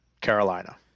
Carolina